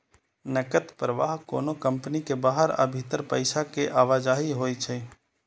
नकद प्रवाह कोनो कंपनी के बाहर आ भीतर पैसा के आवाजही होइ छै